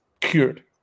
cured